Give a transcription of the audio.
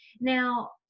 now